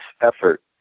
effort